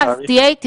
תהיה אתי רגע,